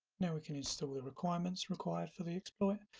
now we can install the requirements required for the exploit,